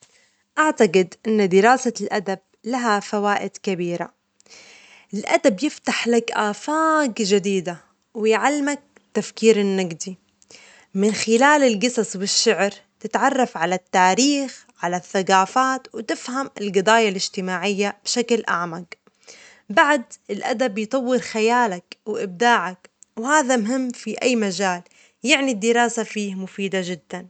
أعتجد إن دراسة الأدب لها فوائد كبيرة، الأدب يفتح لك آفاج جديدة، ويعلمك التفكير النجدي، من خلال الجصص والشعر تتعرف على التاريخ على الثقافات، وتفهم القضايا الاجتماعية بشكل أعمق، بعدالأدب يطور خيالك وإبداعك، وهذا مهم في أي مجال، يعني الدراسة فيه مفيدة جدًا.